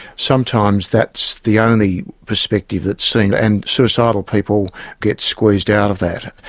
sometimes that's the only perspective that's seen and suicidal people get squeezed out of that.